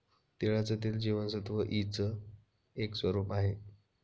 तिळाचं तेल जीवनसत्व ई च एक स्वरूप आहे